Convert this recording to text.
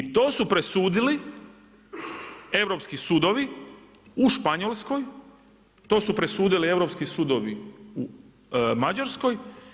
I to su presudili europski sudovi u Španjolskoj, to su presudili europski sudovi u Mađarskoj.